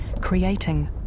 creating